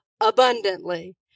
abundantly